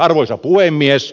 arvoisa puhemies